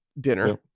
dinner